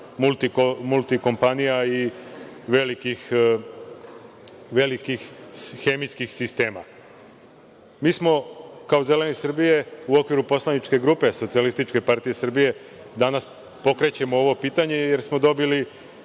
multikompanija i velikih hemijskih sistema. Mi, kao Zeleni Srbije, u okviru poslaničke grupe SPS, danas pokrećemo ovo pitanje jer smo dobili